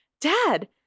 dad